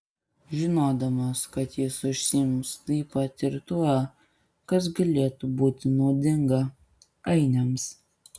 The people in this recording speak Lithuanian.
žinodamas kad jis užsiims taip pat ir tuo kas galėtų būti naudinga ainiams